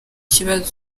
kibazo